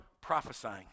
prophesying